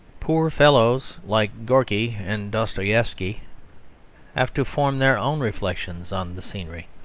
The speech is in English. poor fellows like gorky and dostoieffsky have to form their own reflections on the scenery,